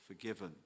forgiven